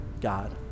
God